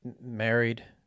married